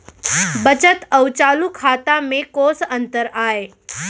बचत अऊ चालू खाता में कोस अंतर आय?